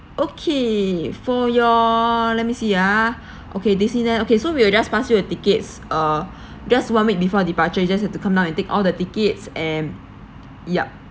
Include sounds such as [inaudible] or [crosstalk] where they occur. okay for your let me see ah [breath] okay disneyland okay so we will just pass you a tickets uh [breath] just one week before departure you just have to come down and take all the tickets and yup